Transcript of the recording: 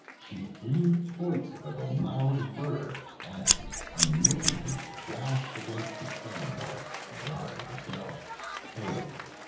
she flew towards it with a loud whir and unwittingly dashed against the signboard, jarring herself terribly.